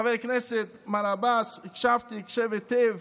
חבר הכנסת מר עבאס, הקשבתי הקשב היטב,